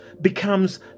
becomes